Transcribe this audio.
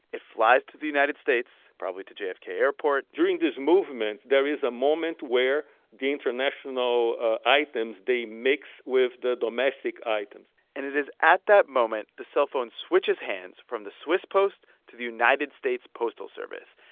it flies to the united states, probably to jfk airport during his movement, there is a moment where the international ah items they mix with the domestic items and it is at that moment the cellphone switches hands from the swiss post to the united states postal service.